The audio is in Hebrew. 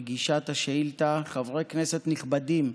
מגישת השאילתה, חברי כנסת נכבדים,